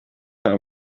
her